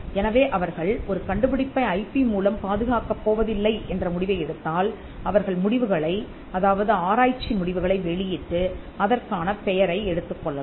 எனவே அவர்கள் ஒரு கண்டுபிடிப்பை ஐபி மூலம் பாதுகாக்கப் போவதில்லை என்ற முடிவை எடுத்தால் அவர்கள் முடிவுகளை அதாவது ஆராய்ச்சி முடிவுகளை வெளியிட்டு அதற்கான பெயரை எடுத்துக்கொள்ளலாம்